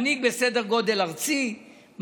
מנהיג בסדר גודל ארצי,